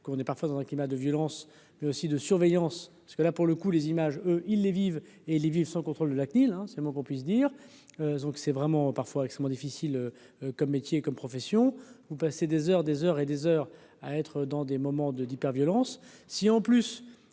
est parfois dans un climat de violence mais aussi de surveillance, parce que là pour le coup, les images, eux, ils les vivent et les villes sans contrôle de la CNIL, c'est le moins qu'on puisse dire, donc c'est vraiment parfois extrêmement difficile comme métier comme profession, vous passez des heures, des heures et des heures à être dans des moments de d'hyper violence